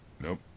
Nope